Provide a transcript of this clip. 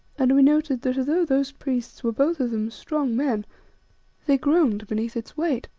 and we noted that, although those priests were both of them strong men they groaned beneath its weight.